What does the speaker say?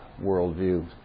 worldview